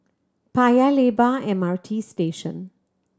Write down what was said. Paya Lebar M R T Station